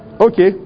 Okay